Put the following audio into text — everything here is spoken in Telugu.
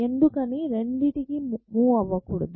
ఎందుకని రెండిటికి మూవ్ అవ్వకూడదు